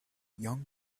young